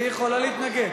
היא יכולה להתנגד.